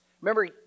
remember